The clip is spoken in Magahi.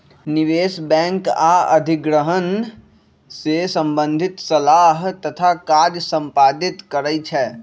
निवेश बैंक आऽ अधिग्रहण से संबंधित सलाह तथा काज संपादित करइ छै